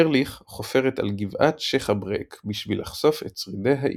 ארליך חופרת על גבעת שייח' אבריק בשביל לחשוף את שרידי העיר.